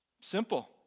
Simple